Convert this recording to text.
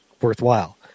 worthwhile